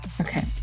Okay